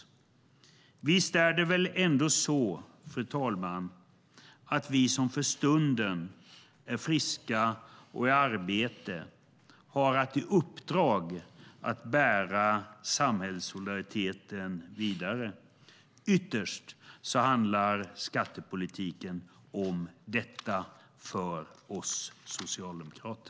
Visst är det väl ändå så, fru talman, att vi som för stunden är friska och i arbete har i uppdrag att bära samhällssolidariteten vidare. Ytterst handlar skattepolitiken om detta för oss socialdemokrater.